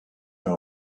are